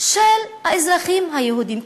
של האזרחים היהודים,